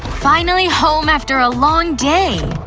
finally home after a long day.